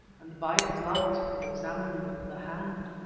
and by its light examined the hand.